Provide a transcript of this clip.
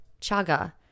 chaga